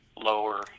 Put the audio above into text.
lower